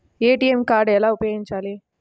ATM card ఎలా ఉపయోగించాలి?